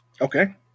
okay